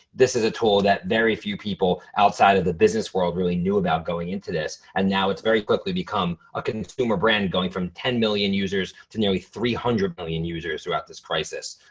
this is a tool that very few people outside of the business world really knew about going into this. and now it's very quickly become a consumer brand going from ten million users to nearly three hundred million users throughout this this crisis.